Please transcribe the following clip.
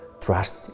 trust